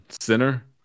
center